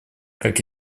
как